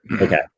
Okay